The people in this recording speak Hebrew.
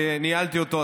שניהלתי אותו,